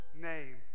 name